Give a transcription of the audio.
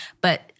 But-